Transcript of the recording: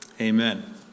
Amen